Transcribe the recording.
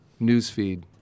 newsfeed